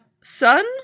son